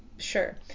Sure